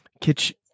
kitchen